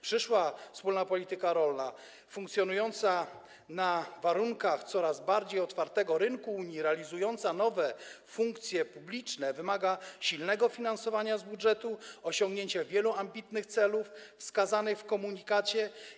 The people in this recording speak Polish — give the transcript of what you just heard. Przyszła wspólna polityka rolna funkcjonująca na warunkach coraz bardziej otwartego rynku Unii i realizująca nowe funkcje publiczne wymaga silnego finansowania z budżetu i osiągnięcia wielu ambitnych celów wskazanych w komunikacie.